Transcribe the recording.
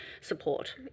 support